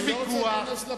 יש ויכוח?